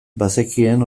bazekien